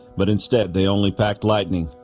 but instead they only packed lightning.